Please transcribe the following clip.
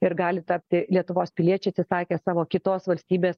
ir gali tapti lietuvos piliečiai atsisakę savo kitos valstybės